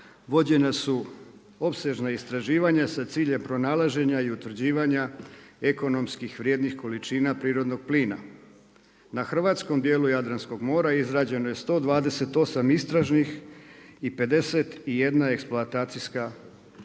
vođena su opsežna istraživanja sa ciljem pronalaženja i utvrđivanja ekonomski vrijednih količina prirodnog plina. Na hrvatskom dijelu Jadranskog mora izrađeno je 128 istražnih i 51 eksploatacijska bušotina.